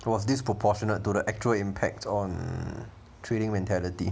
it was disproportionate to the actual impact on trading mentality